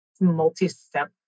multi-step